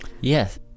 Yes